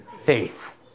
faith